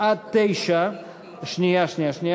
שעוסקת בגמול לחברי ועדות מקומיות עבור